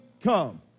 come